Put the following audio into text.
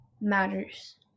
matters